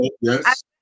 Yes